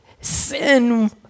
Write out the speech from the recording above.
sin